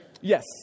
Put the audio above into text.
Yes